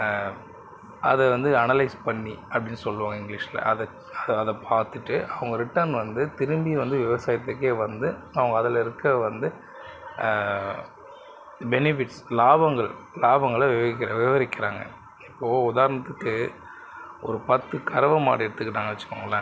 அதை வந்து அனலைஸ் பண்ணி அப்படின்னு சொல்லுவோம் இங்கிலீஷில் அதை அதை பார்த்துட்டு அவங்க ரிட்டன் வந்து திரும்பி வந்து விவசாயத்துக்கே வந்து அவங்க அதில் இருக்க வந்து பெனிஃபிட்ஸ் லாபங்கள் லாபங்களை விவரிக்க விவரிக்கிறாங்க இப்போது உதாரணத்துக்கு ஒரு பத்து கறவை மாடு எடுத்துக்கிட்டாங்க வச்சுக்கோங்களேன்